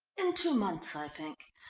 in two months, i think.